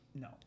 No